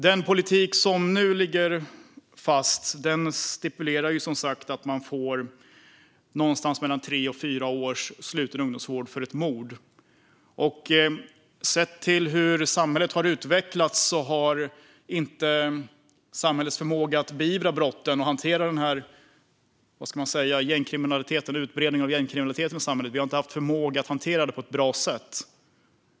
Den politik som nu ligger fast stipulerar som sagt att man får någonstans mellan tre och fyra års sluten ungdomsvård för ett mord. Sett till hur samhället har utvecklats har vi inte haft förmåga att beivra brotten och hantera den här gängkriminaliteten och dess utbredning i samhället på ett bra sätt.